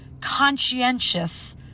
conscientious